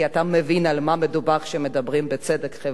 כי אתה מבין על מה מדובר כשמדברים על צדק חברתי,